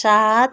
सात